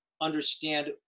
understand